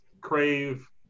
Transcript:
crave